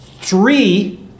Three